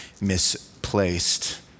misplaced